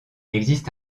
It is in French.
existe